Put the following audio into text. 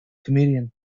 comedian